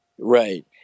Right